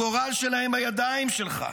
הגורל שלהם בידיים שלך.